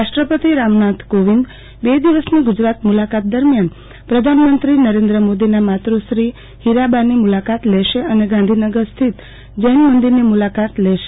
રાષ્ટ્રપતિ રામનાથ કોવિંદ બે દિવસની ગુજરાત મુલાકાત દરમ્યાન પ્રધાનમંત્રી શ્રી નરેન્દ્ર મોદીના માતૃશ્રી ફીરાબાની મુલાકાત લેશે અને ગાંધીનગર સ્થિત જૈન મંદિરની મુલાકાત લેશે